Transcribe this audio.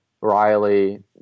Riley